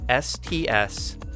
STS